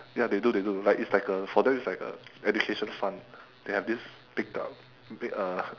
ya they do they do like it's like a for them its like a education fund they have this picked up uh